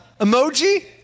emoji